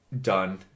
done